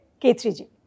K3G